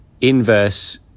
inverse